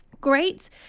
Great